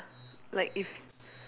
like if